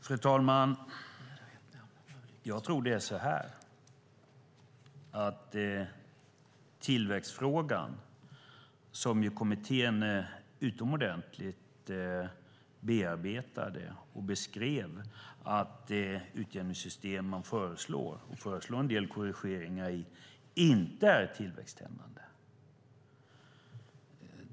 Fru talman! Jag tror att det är så här. Tillväxtfrågan bearbetade kommittén utomordentligt, och man beskrev att det utjämningssystem som man föreslår, med en del korrigeringar, inte är tillväxthämmande.